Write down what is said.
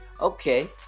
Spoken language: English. Okay